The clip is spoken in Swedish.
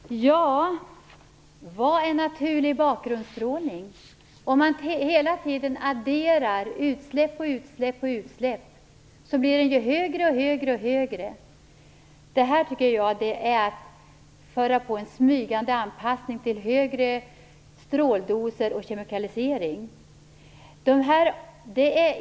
Herr talman! Ja, vad är naturlig bakgrundsstrålning? Om man hela tiden adderar utsläpp efter utsläpp så blir värdena högre och högre. Detta tycker jag är att föra på en smygande anpassning till högre stråldoser och kemikalisering.